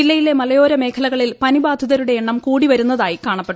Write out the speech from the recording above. ജില്ലയിലെ മലയോര മേഖലകളിൽ പനിബാധിതരുടെ എണ്ണം കൂടിവരുന്നതായി കാണപ്പെട്ടു